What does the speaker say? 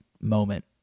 moment